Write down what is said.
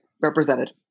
Represented